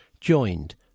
Joined